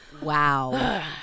Wow